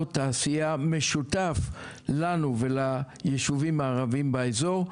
תעשייה משותף לנו וליישובים הערביים באזור.